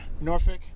Norfolk